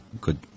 good